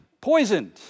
poisoned